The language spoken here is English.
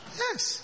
yes